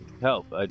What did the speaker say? help